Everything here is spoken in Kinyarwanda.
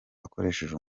akoresheje